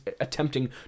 attempting